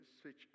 switch